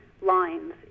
lines